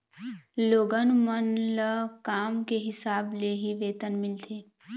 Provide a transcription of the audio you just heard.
लोगन मन ल काम के हिसाब ले ही वेतन मिलथे